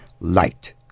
light